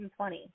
2020